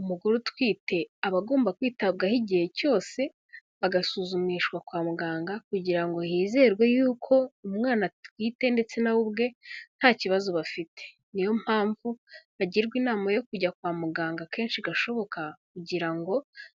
Umugore utwite aba agomba kwitabwaho igihe cyose, agasuzumishwa kwa muganga kugira ngo hizerwe yuko umwana atwite ndetse na we ubwe nta kibazo bafite. Ni yo mpamvu agirwa inama yo kujya kwa muganga kenshi gashoboka kugira ngo